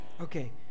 Okay